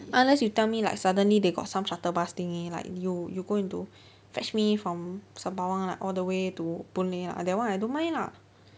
unless you tell me like suddenly they got some shuttle bus thingy like you you going to fetch me from sembawang like all the way to boon lay lah that one I don't mind lah